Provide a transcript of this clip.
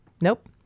nope